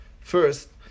first